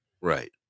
Right